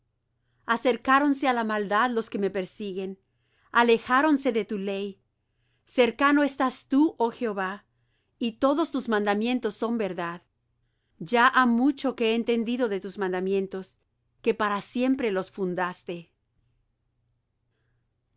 acercáronse á la maldad los que me persiguen alejáronse de tu ley cercano estás tú oh jehová y todos tus mandamientos son verdad ya ha mucho que he entendido de tus mandamientos que para siempre los fundaste